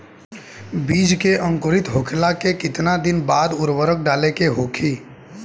बिज के अंकुरित होखेला के कितना दिन बाद उर्वरक डाले के होखि?